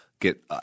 get